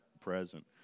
present